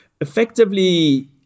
effectively